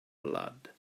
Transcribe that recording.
blood